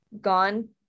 gone